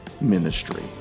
ministry